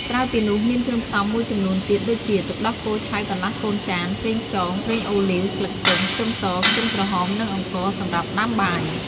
ក្រៅពីនោះមានគ្រឿងផ្សំមួយចំនួនទៀតដូចជា ទឹកដោះគោឆៅកន្លះកូនចាន ប្រេងខ្យង ប្រេងអូលីវ ស្លឹកខ្ទឹម ខ្ទឹមស ខ្ទឹមក្រហម និងអង្ករសម្រាប់ដាំបាយ។